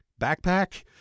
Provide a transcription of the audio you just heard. Backpack